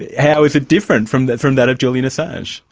how is it different from that from that of julian assuage?